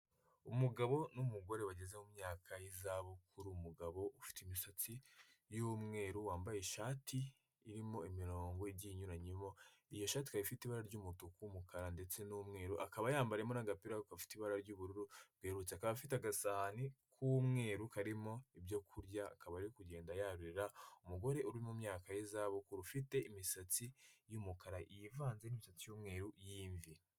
Umugabo n'umugore bageze mu myaka y'izabukuru umugabo ufite imisatsi y'umweru wambaye ishati irimo imirongo igiye inyuranye, iyo shati ifite ibara ry'umutuku, umukara ndetse n'umweru akaba yambayemo agapira gaafite ibara ry'ubururu bwerurutse kandi afite agasahani k'umweru karimo ibyo kurya kaba kugenda yarira umugore uri mu myaka y'izahabukuru ufite imisatsi yumukara yivanze n'i cyumweru y'imvi.